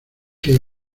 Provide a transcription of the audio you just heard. que